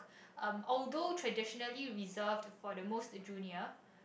um although traditionally reserved for the most junior